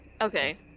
Okay